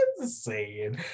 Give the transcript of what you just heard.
insane